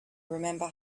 remember